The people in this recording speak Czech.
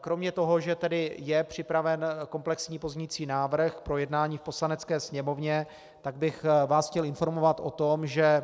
Kromě toho, že je připraven komplexní pozměňovací návrh k projednání v Poslanecké sněmovně, tak bych vás chtěl informovat o tom, že